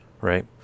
right